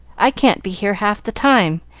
i can't be here half the time,